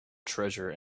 treasure